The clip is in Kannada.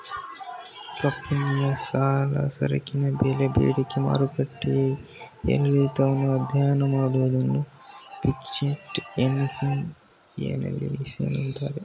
ಕಂಪನಿಯ ಸಾಲ, ಸರಕಿನ ಬೆಲೆ ಬೇಡಿಕೆ ಮಾರುಕಟ್ಟೆಯ ಏರಿಳಿತವನ್ನು ಅಧ್ಯಯನ ಮಾಡುವುದನ್ನು ಫಿಕ್ಸೆಡ್ ಇನ್ಕಮ್ ಅನಲಿಸಿಸ್ ಅಂತಾರೆ